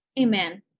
Amen